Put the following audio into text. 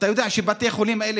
אתה יודע שבתי החולים האלה,